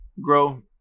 grow